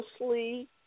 mostly